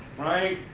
right?